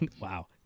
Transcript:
wow